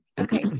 Okay